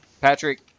Patrick